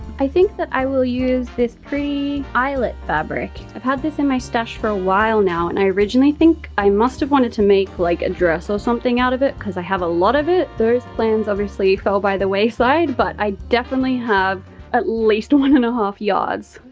i think that i will use this pretty eyelet fabric. i've had this in my stash for a while now and i originally think i must have wanted to make like a dress or something out of it, cause i have a lot of it. those plans obviously fell by the wayside, but i definitely have at least one and a half yards.